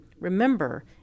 Remember